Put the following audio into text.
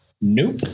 Nope